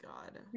God